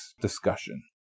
discussion